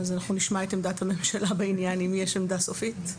נשמע את עמדת הממשלה בעניין, אם יש עמדה סופית.